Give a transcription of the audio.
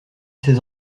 ses